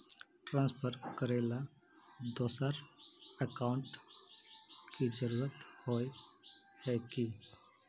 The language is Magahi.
ट्रांसफर करेला दोसर अकाउंट की जरुरत होय है की?